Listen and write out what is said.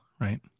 right